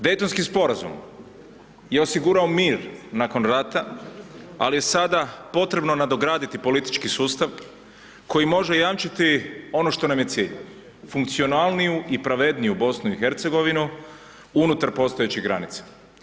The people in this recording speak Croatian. Dejtonski sporazum je osigurao mir nakon rata, ali je sada potrebno nadograditi politički sustav koji može jamčiti ono što nam je cilj, funkcionalniju i pravedniju BIH unutar postojeće granice.